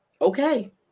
okay